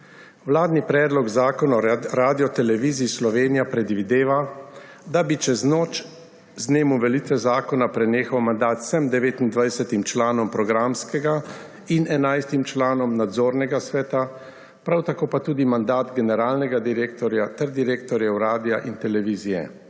Vladni predlog zakona o Radioteleviziji Slovenija predvideva, da bi čez noč z dnem uveljavitve zakona prenehal mandat vsem 29 članom programskega in 11 članom nadzornega sveta, prav pa tudi mandat generiranega direktorja ter direktorjev radia in televizije.